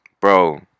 bro